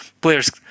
Players